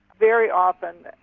very often